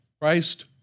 Christ